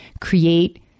create